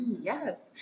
Yes